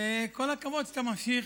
וכל הכבוד שאתה ממשיך.